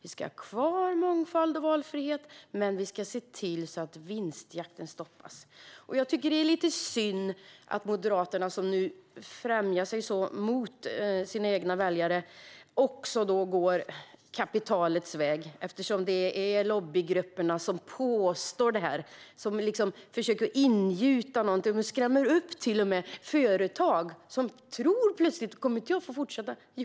Vi ska ha kvar mångfald och valfrihet, men vi ska se till att vinstjakten stoppas. Jag tycker att det är lite synd att Moderaterna, som nu blir mer främmande gentemot sina egna väljare, går kapitalets väg. Det är lobbygrupper som påstår detta. De försöker ingjuta farhågor och skrämmer upp företagare, som plötsligt tror att de inte kommer att få fortsätta.